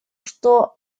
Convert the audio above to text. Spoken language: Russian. что